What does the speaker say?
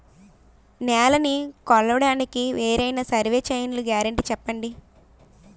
నేలనీ కొలవడానికి వేరైన సర్వే చైన్లు గ్యారంటీ చెప్పండి?